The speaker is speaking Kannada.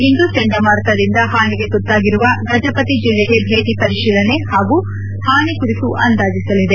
ಇಂದು ಚಂಡಮಾರುತದಿಂದ ಪಾನಿಗೆ ತುತ್ತಾಗಿರುವ ಗಜಪತಿ ಜಿಲ್ಲೆಗೆ ಭೇಟಿ ಪರಿಶೀಲನೆ ಹಾಗೂ ಹಾನಿ ಕುರಿತು ಅಂದಾಜಿಸಲಿದೆ